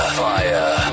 fire